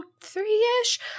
three-ish